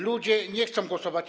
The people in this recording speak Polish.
Ludzie nie chcą głosować.